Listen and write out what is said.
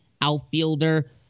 outfielder